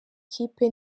kipe